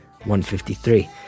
153